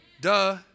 Duh